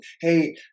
hey